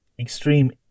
extreme